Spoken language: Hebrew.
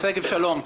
שגב שלום,